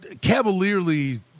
cavalierly